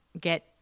get